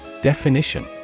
Definition